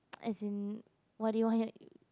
as in what do you want